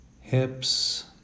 hips